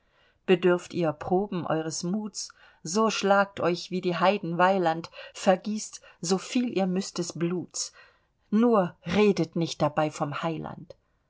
bedürft ihr proben eures muts so schlagt euch wie die heiden weiland vergießt so viel ihr müßt des bluts nur redet nicht dabei vom heiland